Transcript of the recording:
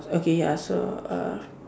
okay ya so uh